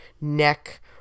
neck